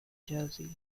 jersey